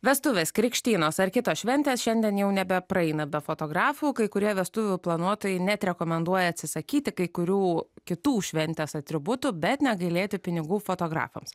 vestuvės krikštynos ar kitos šventės šiandien jau nebepraeina be fotografų kai kurie vestuvių planuotojai net rekomenduoja atsisakyti kai kurių kitų šventės atributų bet negailėti pinigų fotografams